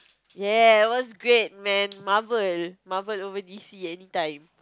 ya was great man marvel marvel over D C anytime